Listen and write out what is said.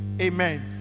amen